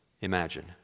Imagine